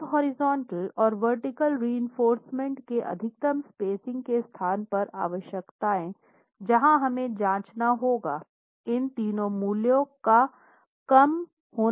अब हॉरिजॉन्टल और vertical reinforcement के अधिकतम स्पेसिंग के स्थान पर आवश्यकताएं जहां हमें जाँचना होगा इन तीनों मूल्यों का कम होना जरूरी है